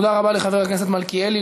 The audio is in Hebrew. תודה רבה לחבר הכנסת מלכיאלי.